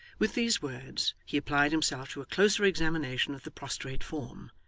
with these words, he applied himself to a closer examination of the prostrate form,